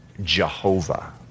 Jehovah